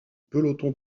peloton